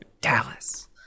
Dallas